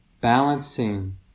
balancing